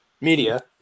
media